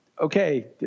okay